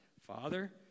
Father